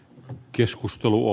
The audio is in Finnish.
keskustelu